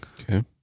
Okay